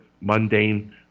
mundane